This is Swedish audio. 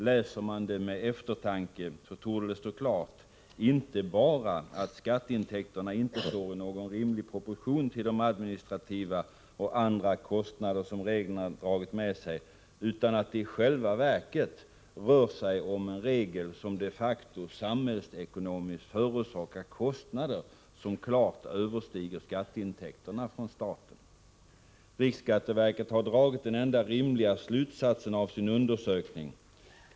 Läser man den med eftertanke, torde det stå klart inte bara att skatteintäkterna inte står i rimlig proportion till de administrativa och andra kostnader som reglerna dragit med sig utan också att det i själva verket rör sig om en regel som de facto samhällsekonomiskt förorsakar kostnader som klart överstiger skatteintäkterna för staten. Riksskatteverket har dragit den enda rimliga slutsatsen av sin undersökning.